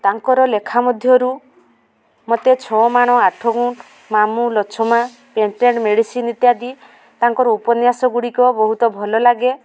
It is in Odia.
ତାଙ୍କର ଲେଖା ମଧ୍ୟରୁ ମୋତେ ଛଅମାଣ ଆଠଗୁଣ୍ଠ ମାମୁଁ ଲଚ୍ଛମା ପେଟେଣ୍ଟ ମେଡ଼ିସିନ୍ ଇତ୍ୟାଦି ତାଙ୍କର ଉପନ୍ୟାସଗୁଡ଼ିକ ବହୁତ ଭଲ ଲାଗେ